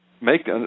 make